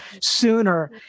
sooner